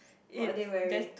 what are they wearing